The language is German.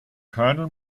kernel